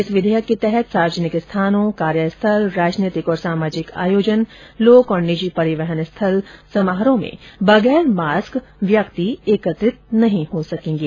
इस विधेयक के तहत सार्वजनिक स्थानों कार्यस्थल राजनीतिक और सामाजिक आयोजन लोक और निजी परिवहन स्थल समारोह में बगैर मास्क व्यक्ति एकत्र नहीं हो सकेंगे